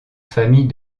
famille